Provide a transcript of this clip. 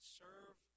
serve